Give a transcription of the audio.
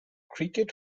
cricket